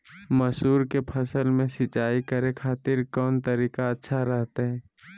मसूर के फसल में सिंचाई करे खातिर कौन तरीका अच्छा रहतय?